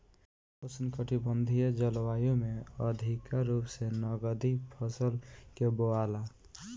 उष्णकटिबंधीय जलवायु में अधिका रूप से नकदी फसल के बोआला